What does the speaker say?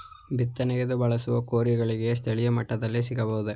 ಬಿತ್ತನೆಗೆಂದು ಬಳಸುವ ಕೂರಿಗೆಗಳು ಸ್ಥಳೀಯ ಮಟ್ಟದಲ್ಲಿ ಸಿಗಬಹುದೇ?